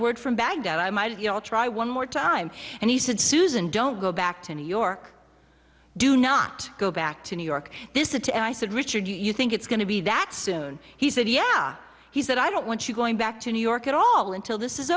word from baghdad i might try one more time and he said susan don't go back to new york do not go back to new york this it and i said richard you think it's going to be that soon he said yeah he said i don't want you going back to new york at all until this